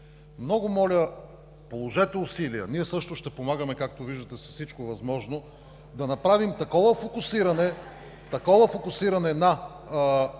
Много моля, положете усилия. Ние също ще помагаме, както виждате, с всичко възможно, да направим такова фокусиране на нашите